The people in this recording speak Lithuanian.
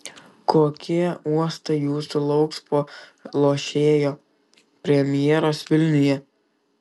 kokie uostai jūsų lauks po lošėjo premjeros vilniuje